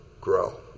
grow